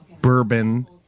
bourbon